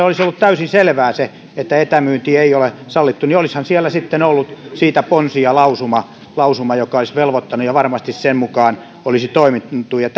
olisi ollut täysin selvää se että etämyynti ei ole sallittua niin olisihan siellä sitten ollut siitä ponsi lausuma lausuma joka olisi velvoittanut ja varmasti sen mukaan olisi toimittu ja